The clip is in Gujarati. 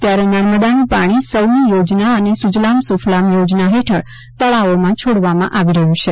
ત્યારે નર્મદાનું પાણી સૌની યોજના અને સુજલામ સુફલામ યોજના હેઠળ તળાવોમાં છોડવામાં આવી રહ્યું છે